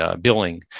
billing